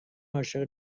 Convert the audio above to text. عاشق